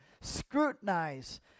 scrutinize